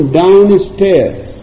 downstairs